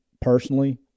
personally